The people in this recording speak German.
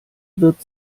wird